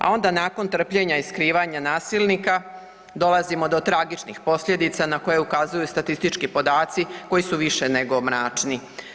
A ona nakon trpljenja i skrivanja nasilnika dolazimo do tragičnih posljedica na koje ukazuju statistički podaci koji su više nego mračni.